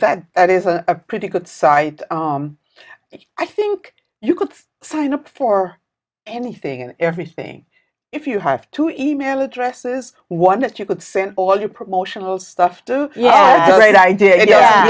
that it is a pretty good site i think you could sign up for anything and everything if you have to e mail addresses one that you could send all your promotional stuff to yeah right i did y